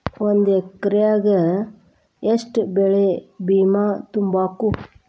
ಒಂದ್ ಎಕ್ರೆಗ ಯೆಷ್ಟ್ ಬೆಳೆ ಬಿಮಾ ತುಂಬುಕು?